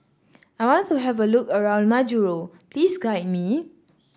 I want to have a look around Majuro please guide me